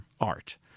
art